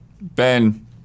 Ben